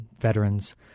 veterans